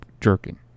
Jerking